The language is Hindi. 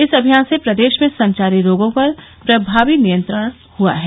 इस अभियान से प्रदेश में संचारी रोगों पर प्रभावी नियंत्रण हुआ है